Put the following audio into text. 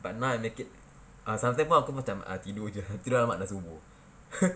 but now I make it ah sometimes pun aku macam ah tidur jer nanti !alamak! dah subuh